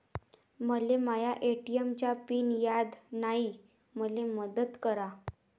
मले माया ए.टी.एम चा पिन याद नायी, मले मदत करा